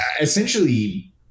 essentially